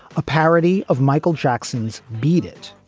a parody of michael jackson's beat it,